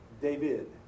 David